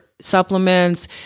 Supplements